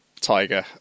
Tiger